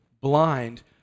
blind